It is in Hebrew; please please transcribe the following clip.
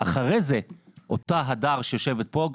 אחרי זה אותה הדר שיושבת כאן,